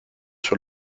sur